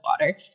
water